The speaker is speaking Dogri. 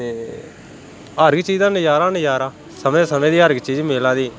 ते हर इक चीज़ दा नज़ारा नज़ारा समें समें दी हर इक चीज़ मिला दी